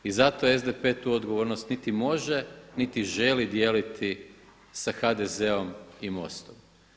I zato SDP tu odgovornost niti može, niti želi dijeliti sa HDZ-om i MOST-om.